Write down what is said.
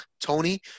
Tony